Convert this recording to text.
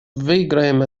выиграем